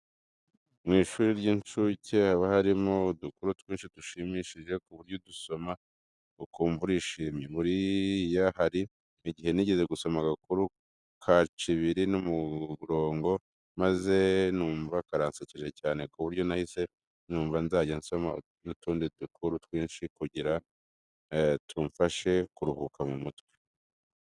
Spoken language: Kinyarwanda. Mu mashuri y'inshuke haba harimo udukuru twinshi dushimishije ku buryo udusoma ukumva urishimye. Buriya hari igihe nigeze gusoma agakuru ka Cibiri n'umurongo maze numva karansekeje cyane ku buryo nahise numva nzajya nsoma n'utundi dukuru twinshi kugira tumfashe kuruhuka mu mutwe.